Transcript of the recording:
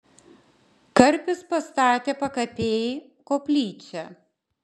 karpis pastatė pakapėj koplyčią